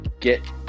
get